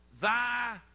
thy